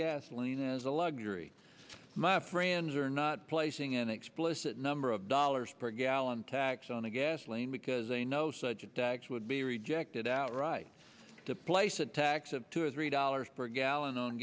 gasoline is a luxury my friends are not placing an explicit number of dollars per gallon tax on the gasoline because they know such a tax would be rejected outright to place a tax of two or three dollars per gallon o